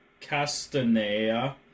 Castanea